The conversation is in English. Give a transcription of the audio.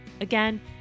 Again